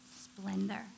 splendor